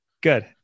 Good